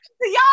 y'all